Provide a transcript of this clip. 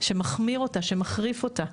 שמחמיר אותה, שמחריף אותה.